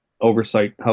Oversight